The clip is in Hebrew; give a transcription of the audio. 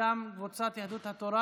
קבוצת יהדות התורה,